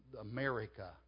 America